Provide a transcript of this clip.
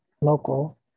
local